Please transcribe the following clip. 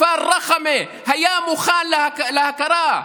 הכפר רחמה היה מוכן להכרה,